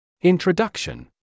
Introduction